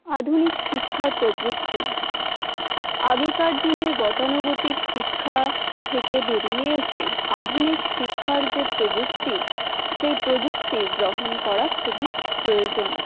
আধুনিক শিক্ষার প্রযুক্তি আগেকার দিনের গতানুগতিক শিক্ষা থেকে বেরিয়ে এসে আধুনিক শিক্ষার যে প্রযুক্তি সেই প্রযুক্তি গ্রহণ করা খুবই প্রয়োজন